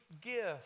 gift